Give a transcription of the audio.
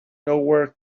nowhere